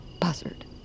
buzzard